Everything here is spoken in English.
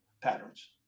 patterns